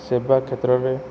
ସେବା କ୍ଷେତ୍ରରେ